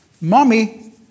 Mommy